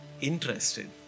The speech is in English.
interested